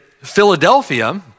Philadelphia